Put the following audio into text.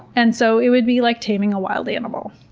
and so it would be like taming a wild animal.